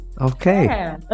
Okay